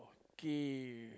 okay